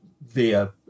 via